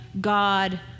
God